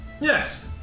Yes